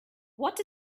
what